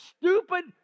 stupid